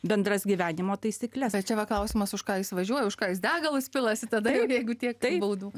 bendras gyvenimo taisykles bet čia va klausimas už ką jis važiuoja už ką jis degalus pilasi tada jau jeigu tiek baudų